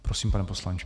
Prosím, pane poslanče.